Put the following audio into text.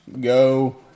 go